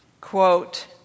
quote